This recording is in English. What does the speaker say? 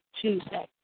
Tuesday